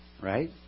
right